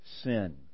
sin